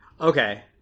Okay